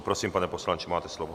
Prosím, pane poslanče, máte slovo.